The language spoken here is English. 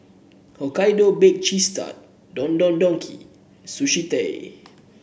Hokkaido Baked Cheese Tart Don Don Donki Sushi Tei